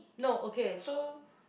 no okay so